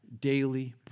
daily